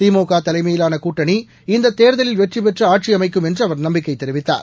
திமுக தலைஎமயிலாள கூட்டனி இந்தத் தேர்தலில் வெற்றிபெற்று ஆட்சி அமைக்கும் என்றும் அவர் நம்பிக்கை தெரிவித்தார்